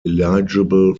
eligible